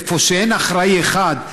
איפה שאין אחראי אחד,